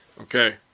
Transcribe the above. Okay